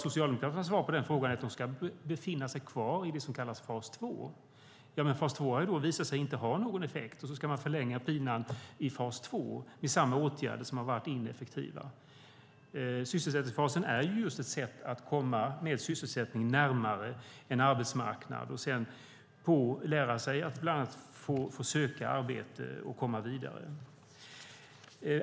Socialdemokraternas svar på den frågan är att de ska befinna sig kvar i det som kallas fas 2. Fas 2 har då visat sig inte ha någon effekt, men ändå ska man förlänga pinan i fas 2 med samma åtgärder som har varit ineffektiva. Sysselsättningsfasen är just ett sätt att komma med sysselsättning närmare en arbetsmarknad och sedan bland annat lära sig att söka arbete och komma vidare.